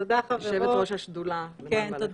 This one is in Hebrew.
יושבת ראש השדולה למען בעלי חיים.